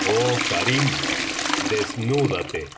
oh karim desnúdate